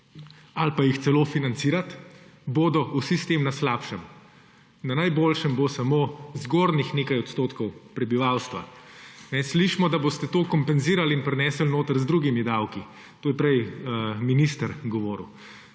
ali pa jih celo financirati, bodo vsi s tem na slabšem. Na najboljšem bo samo zgornjih nekaj odstotkov prebivalstva. Slišimo, da boste to kompenzirali in prinesli notri z drugimi davki. To je prej minister govoril.